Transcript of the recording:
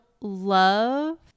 love